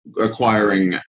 acquiring